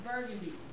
burgundy